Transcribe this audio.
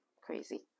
crazy